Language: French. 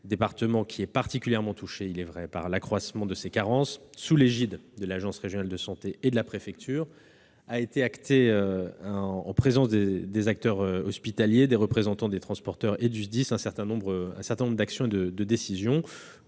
département particulièrement touché par l'accroissement de ces carences, sous l'égide de l'ARS et de la préfecture, ont été actées, en présence des acteurs hospitaliers, des représentants des transporteurs et du SDIS, un certain nombre d'actions et de décisions.